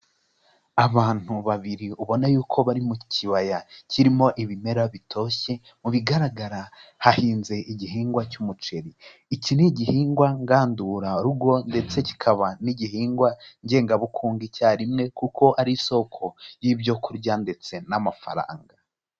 Abantu babiri ubona y'uko bari mu kibaya kirimo ibimera bitoshye mu bigaragara hahinze igihingwa cy'umuceri, iki ni igihingwa ngandurarugo ndetse kikaba n'igihingwa ngengabukungu icyarimwe kuko ari isoko y'ibyo kurya ndetse n'amafaranga.